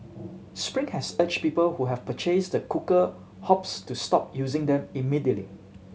spring has urged people who have purchased the cooker hobs to stop using them immediately